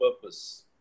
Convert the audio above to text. purpose